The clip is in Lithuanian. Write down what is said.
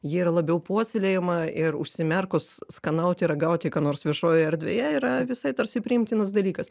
ji yra labiau puoselėjama ir užsimerkus skanauti ragauti ką nors viešojoje erdvėje yra visai tarsi priimtinas dalykas